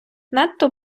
надто